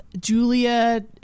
julia